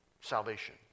Salvation